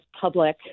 public